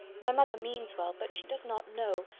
my mother means well but she does not know,